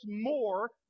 more